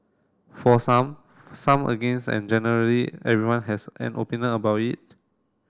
for some some against and generally everyone has an opinion about it